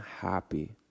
happy